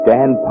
Dan